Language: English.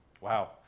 Wow